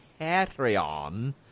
Patreon